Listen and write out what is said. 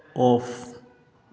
off